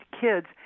kids